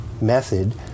method